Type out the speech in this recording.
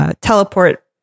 Teleport